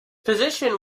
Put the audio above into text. position